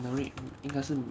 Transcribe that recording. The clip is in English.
narrate 应该是